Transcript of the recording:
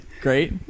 Great